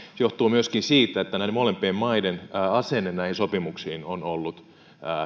johtuu myöskin siitä että näiden molempien maiden asenne näihin sopimuksiin on ollut